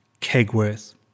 Kegworth